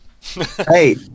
Hey